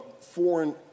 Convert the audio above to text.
foreign